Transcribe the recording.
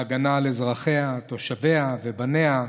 ההגנה על אזרחיה, על תושביה ובניה,